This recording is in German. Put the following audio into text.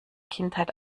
kindheit